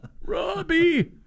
Robbie